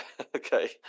Okay